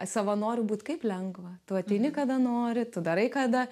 savanorių būt kaip lengva tu ateini kada nori tu darai kada